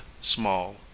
small